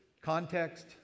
Context